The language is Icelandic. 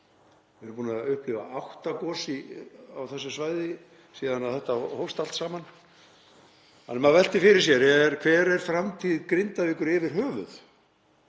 Við erum búin að upplifa átta gos á þessu svæði síðan þetta hófst allt saman. Maður veltir fyrir sér: Hver er framtíð Grindavíkur yfir höfuð